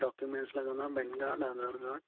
documents लॻंदा PAN card Aadhaar card